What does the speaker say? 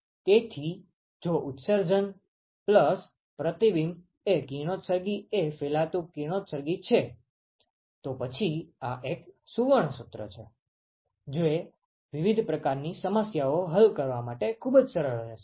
તેથી જો ઉત્સર્જન પ્રતિબિંબ એ કિરણોત્સર્ગ એ ફેલાતું કિરણોત્સર્ગ છે તો પછી આ એક સુવર્ણ સૂત્ર છે જે વિવિધ પ્રકારની સમસ્યાઓ હલ કરવા માટે ખૂબ જ સરળ રહેશે